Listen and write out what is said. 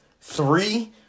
three